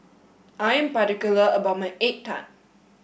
I am particular about my egg tart